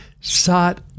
sought